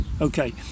Okay